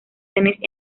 tenis